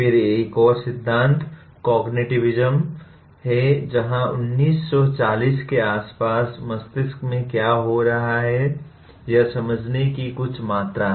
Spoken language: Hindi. फिर एक और सिद्धांत कॉग्निटिविज़्म है जहां 1940 के आसपास मस्तिष्क में क्या हो रहा है यह समझने की कुछ मात्रा है